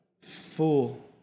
fool